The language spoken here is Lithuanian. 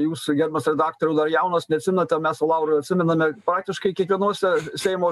jūs gerbiamas redaktoriau dar jaunas neatsimenat ten mes su lauru atsimename faktiškai kiekvienose seimo